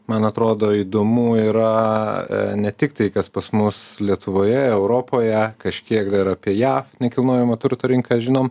man atrodo įdomu yra ne tik tai kas pas mus lietuvoje europoje kažkiek dar apie jav nekilnojamo turto rinką žinom